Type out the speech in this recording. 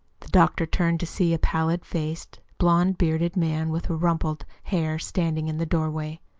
the doctor turned to see a pallid-faced, blond-bearded man with rumpled hair standing in the doorway.